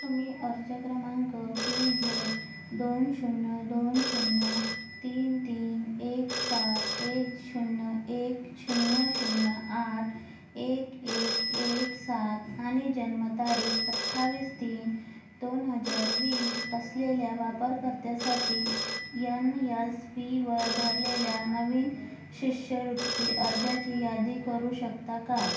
तुम्ही अर्ज क्रमांक पी झेड दोन शून्य दोन शून्य तीन तीन एक सात एक शून्य एक शून्य शून्य आठ एक एक एक सात आणि जन्मतारीख अठ्ठावीस तीन दोन हजार वीस असलेल्या वापरकर्त्यासाठी यन यस पीवर भरलेल्या नवीन शिष्यवृत्ती अर्जाची यादी करू शकता का